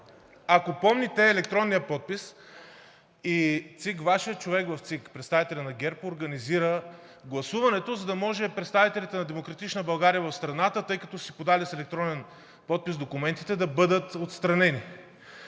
Ако помните електронния подпис и Вашия човек в ЦИК – представителя на ГЕРБ, организира гласуването, за да може представителите на „Демократична България“ в страната, тъй като са си подали с електронен подпис документите, да бъдат отстранени.